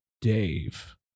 dave